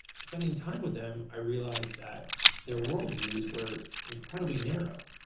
spending time with them, i realized that their world views were incredibly narrow.